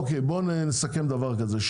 בוא נסכם דבר כזה,